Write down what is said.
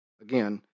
again